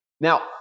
Now